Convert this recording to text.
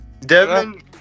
Devin